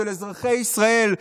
של אזרחי ישראל,